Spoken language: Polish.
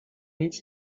nic